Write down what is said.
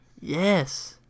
Yes